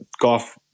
golf